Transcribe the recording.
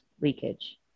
leakage